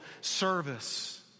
service